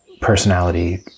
personality